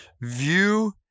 view